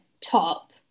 top